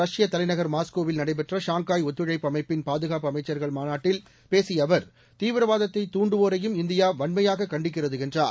ரஷ்யத் தலைநகர் மாஸ்கோவில் நடைபெற்ற ஷாங்காய் ஒத்துழைப்பு அமைப்பின் பாதுகாப்பு அமைச்சர்கள் மாநாட்டில் பேசிய அவர் தீவிரவாதத்தை துண்டுவோரையும் இந்தியா வன்மையாக கண்டிக்கிறது என்றார்